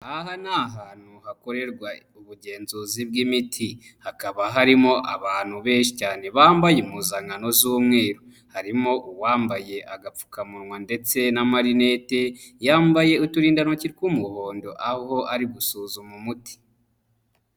Aha ni ahantu hakorerwa ubugenzuzi bw'imiti. Hakaba harimo abantu benshi cyane bambaye impuzankano z'umweru. Harimo uwambaye agapfukamunwa ndetse n'amarinete, yambaye uturindantoki tw'umuhondo, aho ari gusuzuma umuti.